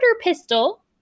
pistol